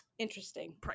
interesting